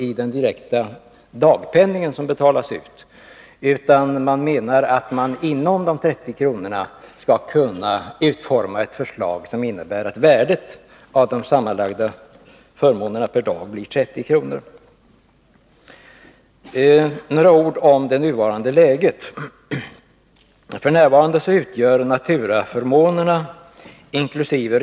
i den direkta dagpenning som betalas ut. Socialdemokraterna menar att man skall kunna utforma ett förslag som innebär att värdet av de sammanlagda förmånerna per dag blir 30 kr. Några ord om det nuvarande läget: F. n. utgör naturaförmånerna inkl.